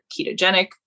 ketogenic